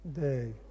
day